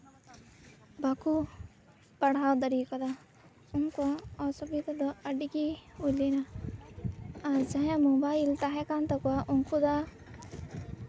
ᱵᱟᱠᱚ ᱯᱟᱲᱦᱟᱣ ᱫᱟᱲᱮᱣᱟᱠᱟᱫᱟ ᱩᱱᱠᱩᱣᱟᱜ ᱚᱥᱩᱵᱤᱫᱟ ᱫᱚ ᱟᱹᱰᱤ ᱜᱮ ᱦᱩᱭ ᱞᱮᱱᱟ ᱟᱨ ᱡᱟᱦᱟᱸᱭᱟᱜ ᱢᱳᱵᱟᱭᱤᱞ ᱛᱟᱦᱮᱸ ᱠᱟᱱ ᱛᱟᱠᱚᱣᱟ ᱩᱱᱠᱩ ᱫᱚ